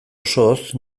osoz